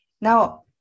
Now